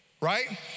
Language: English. Right